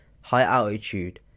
high-altitude